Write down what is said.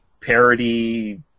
parody